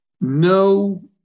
no